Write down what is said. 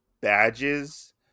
badges